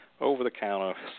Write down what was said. over-the-counter